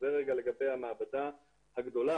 זה לגבי המעבדה הגדולה,